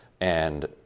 and-